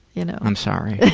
you know. i'm sorry.